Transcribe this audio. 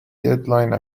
deadline